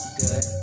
good